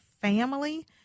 family